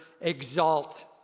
Exalt